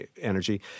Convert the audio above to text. energy